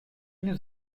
nous